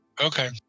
Okay